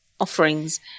offerings